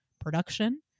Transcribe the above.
production